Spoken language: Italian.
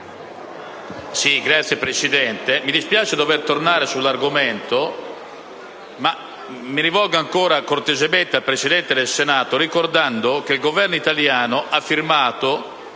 Signor Presidente, mi dispiace dover tornare sull'argomento, ma mi rivolgo ancora cortesemente al Presidente del Senato per ricordare che il Governo italiano ha firmato